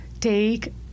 take